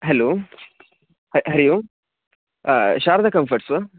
hello ह हरिः ओं शारदा कम्फ़र्ट्स् वा